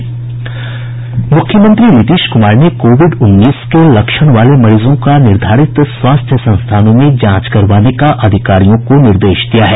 मुख्यमंत्री नीतीश कुमार ने कोविड उन्नीस के लक्षण वाले मरीजों का निर्धारित स्वास्थ्य संस्थानों में जांच करवाने का अधिकारियों को निर्देश दिया है